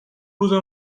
روزه